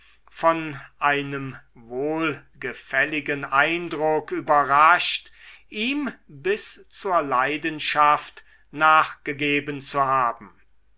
von einem wohlgefälligen eindruck überrascht ihm bis zur leidenschaft nachgegeben zu haben